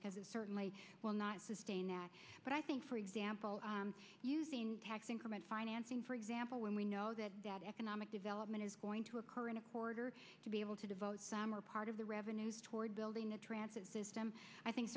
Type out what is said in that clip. because it certainly will not sustain that but i think for example using tax increment financing for example when we know that economic development is going to occur in order to be able to devote some or part of the revenues toward building a transit system i think